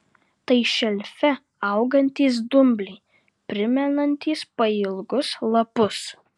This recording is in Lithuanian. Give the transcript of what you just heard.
tai šelfe augantys dumbliai primenantys pailgus lapus